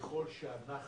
ככל שאנחנו,